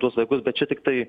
tuos vaikus bet čia tiktai